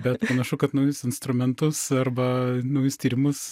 bet panašu kad naujus instrumentus arba naujus tyrimus